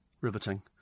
Riveting